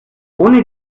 ohne